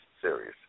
series